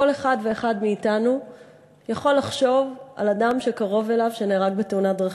כל אחד ואחד מאתנו יכול לחשוב על אדם קרוב אליו שנהרג בתאונת דרכים.